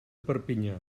perpinyà